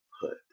put